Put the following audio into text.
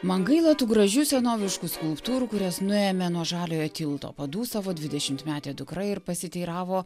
man gaila tų gražių senoviškų skulptūrų kurias nuėmė nuo žaliojo tilto padūsavo dvidešimtmetė dukra ir pasiteiravo